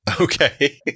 Okay